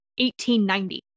1890